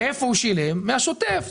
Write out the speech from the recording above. הוא שילם מהשוטף.